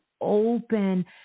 open